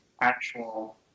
actual